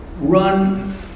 run